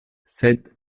sed